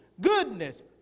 goodness